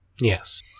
Yes